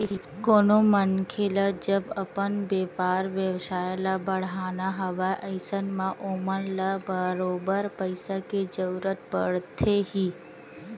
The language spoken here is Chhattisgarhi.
कोनो मनखे ल जब अपन बेपार बेवसाय ल बड़हाना हवय अइसन म ओमन ल बरोबर पइसा के जरुरत पड़थे ही